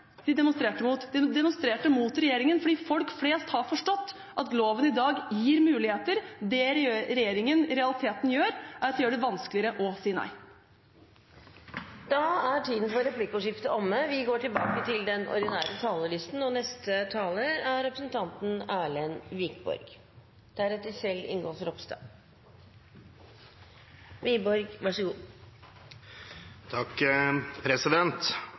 som demonstrerte mot den såkalte fleksibiliteten som de får. Det var ikke Arbeiderpartiet de demonstrerte mot. De demonstrerte mot regjeringen fordi folk flest har forstått at loven i dag gir muligheter. Det regjeringen i realiteten gjør, er å gjøre det vanskeligere å si nei. Da er replikkordskiftet omme. Endelig er dagen her – en dag som jeg tror mange har sett frem til. Det er i utgangspunktet to store saker vi